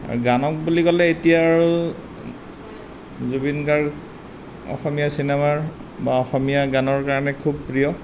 গানক বুলি ক'লে এতিয়া আৰু জুবিন গাৰ্গ অসমীয়া চিনেমাৰ বা অসমীয়া গানৰ কাৰণে খুব প্ৰিয়